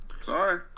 Sorry